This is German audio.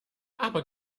aber